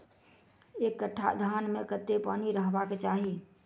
एक कट्ठा धान मे कत्ते पानि रहबाक चाहि?